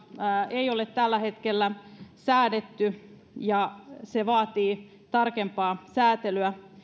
ei ole tällä hetkellä säädetty ja se vaatii tarkempaa säätelyä